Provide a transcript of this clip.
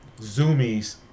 Zoomies